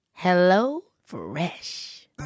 HelloFresh